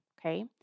okay